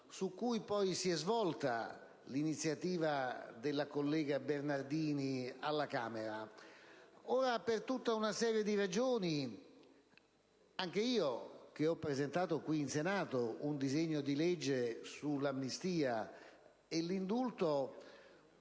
su cui poi si è improntata l'iniziativa della collega Bernardini alla Camera. Per tutta una serie di ragioni, anch'io, che ho presentato qui in Senato un disegno di legge su amnistia e indulto,